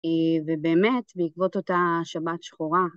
ובאמת בעקבות אותה שבת שחורה.